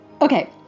Okay